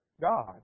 God